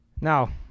Now